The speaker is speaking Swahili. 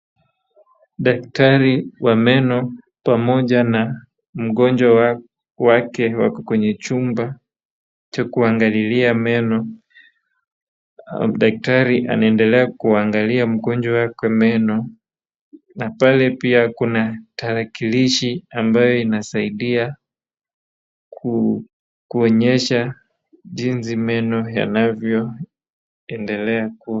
Daktari wa meno pamoja na mgonjwa wake wako kwenye chumba cha kuangalilia meno. Daktari anaendelea kuangalia mgonjwa wake meno na pale pia kuna tarakilishi ambayo inasaidia kuonesha jinsi meno yanavyoendelea.